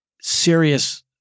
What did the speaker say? serious